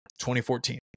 2014